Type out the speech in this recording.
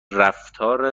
رفتار